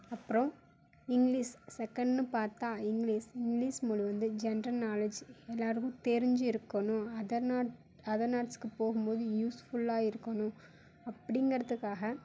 அப்புறம் இங்கிலீஷ் செக்கெண்டுன்னு பார்த்தா இங்கிலீஷ் இங்கிலீஷ் மொழி வந்து ஜென்ரல் நாலேஜ் எல்லோருக்கும் தெரிஞ்சி இருக்கணும் அதர் நாட் அதர் நாட்டுக்கு போகும்போது யூஸ்ஃபுல்லாக இருக்கணும் அப்படிங்கிறதுக்காக